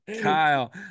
Kyle